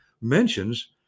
mentions